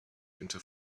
into